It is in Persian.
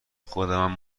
خودمم